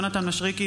יונתן מישרקי,